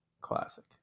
Classic